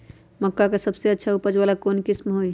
मक्का के सबसे अच्छा उपज वाला कौन किस्म होई?